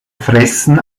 fressen